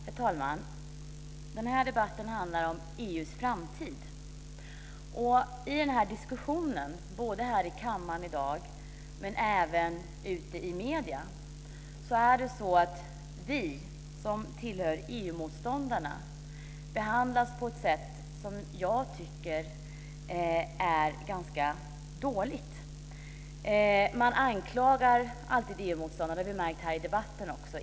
Herr talman! Den här debatten handlar om EU:s framtid. I diskussionen här i kammaren i dag, och även i medierna, behandlas vi som tillhör EU motståndarna på ett sätt som jag tycker är ganska dåligt. Man anklagar alltid EU-motståndarna. Det har vi märkt här i debatten också.